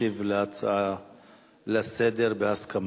ישיב להצעה לסדר-היום בהסכמה.